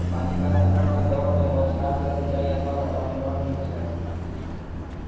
पानिक संकटक दौर मे बौछार सं सिंचाइ अथवा पटौनी बड़ नीक छै